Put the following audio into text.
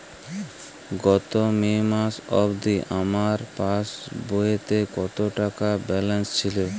গত মে মাস অবধি আমার পাসবইতে কত টাকা ব্যালেন্স ছিল?